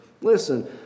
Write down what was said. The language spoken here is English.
Listen